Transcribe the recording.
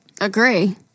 Agree